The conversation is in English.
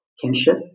kinship